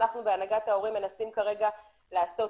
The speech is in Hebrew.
אנחנו בהנהגת ההורים מנסים כרגע לעשות